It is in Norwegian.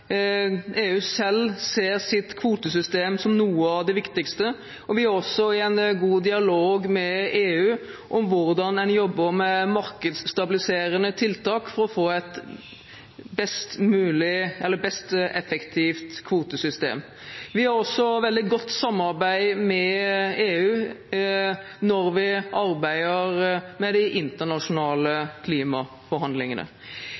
selv ser sitt kvotesystem som noe av det viktigste, og vi er også i en god dialog med EU om hvordan en jobber med markedsstabiliserende tiltak for å få et mest mulig effektivt kvotesystem. Vi har også et veldig godt samarbeid med EU når vi arbeider med de